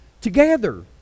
together